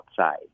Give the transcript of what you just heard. outside